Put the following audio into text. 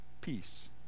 peace